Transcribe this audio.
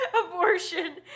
Abortion